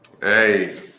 Hey